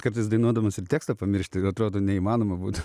kartais dainuodamas ir tekstą pamiršti atrodo neįmanoma būtų